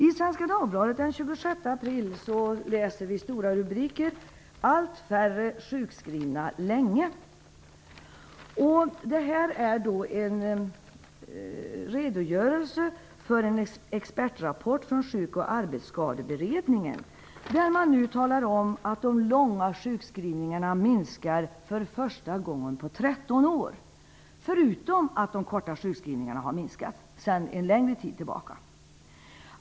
I Svenska Dagbladet den 26 april kan vi läsa i stora rubriker: Allt färre sjukskrivna länge. Artikeln är en redogörelse för en expertrapport från Sjuk och arbetsskadeberedningen, där man talar om att de långa sjukskrivningarna nu minskar för första gången på 13 år Dessutom har de korta sjukskrivningarna minskat sedan en längre tid tillbaka.